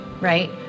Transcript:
right